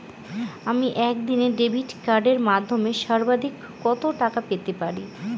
আমি একদিনে ডেবিট কার্ডের মাধ্যমে সর্বাধিক কত টাকা পেতে পারি?